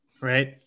right